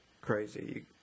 crazy